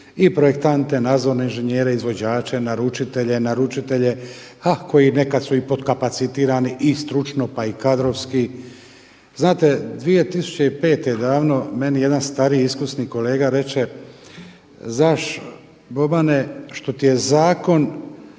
i projektante, nadzorne inženjere, izvođače, naručitelje, ha koji su nekad su i pod kapacitirani i stručno pa i kadrovski. Znate, 2005. davno meni jedan stariji iskusni kolega reče, znaš Bobane što ti je zakon